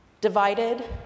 divided